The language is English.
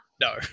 no